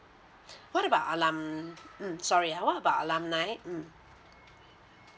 what about alum~ mm sorry ya what about alumni mm